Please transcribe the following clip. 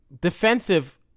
defensive